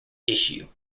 issue